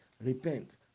repent